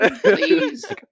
please